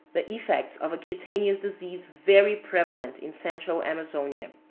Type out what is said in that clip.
the effect of a cutaneous disease very prevalent in central amazonia.